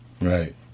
right